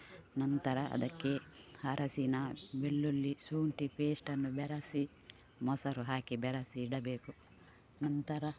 ನಂತರ ಅದಕ್ಕೆ ಅರಶಿನ ಬೆಳ್ಳುಳ್ಳಿ ಶುಂಠಿ ಪೇಸ್ಟ್ ಅನ್ನು ಬೆರೆಸಿ ಮೊಸರು ಹಾಕಿ ಬೆರಸಿ ಇಡಬೇಕು ನಂತರ